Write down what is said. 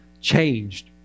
changed